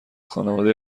خانواده